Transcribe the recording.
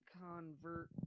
Convert